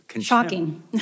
Shocking